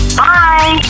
bye